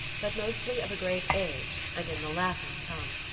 but mostly of a great age and in the latin tongue.